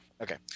Okay